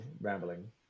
rambling